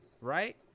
right